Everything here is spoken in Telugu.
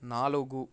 నాలుగు